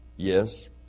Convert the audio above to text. Yes